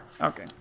Okay